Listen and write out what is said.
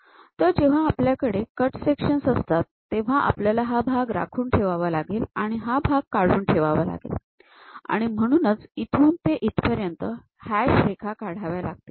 तर जेव्हा आपल्याकडे कट सेक्शन्स असतात तेव्हा आपल्याला हा भाग राखून ठेवावा लागेल आणि हा भाग काढून टाकावा लागेल आणि म्हणूनच इथून ते इतपर्यंत हॅश रेखा काढाव्या लागतील